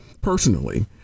personally